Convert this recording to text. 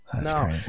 No